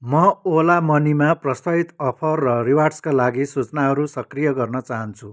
म ओला मनीमा प्रस्तावित अफर र रिवार्ड्सका लागि सूचनाहरू सक्रिय गर्न चाहन्छु